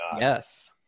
Yes